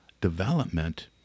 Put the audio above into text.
development